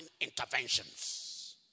interventions